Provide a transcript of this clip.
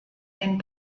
den